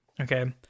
okay